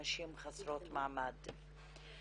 נשים חסרות מעמד.